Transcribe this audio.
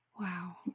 wow